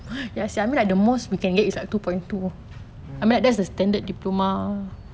kan